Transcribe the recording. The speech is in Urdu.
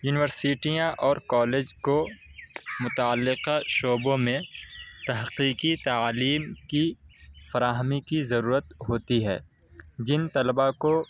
یونیورسٹیاں اور کالج کو متعلقہ شعبوں میں تحقیقی تعلیم کی فراہمی کی ضرورت ہوتی ہے جن طلبہ کو